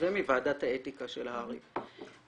ומוועדת האתיקה של הר"י.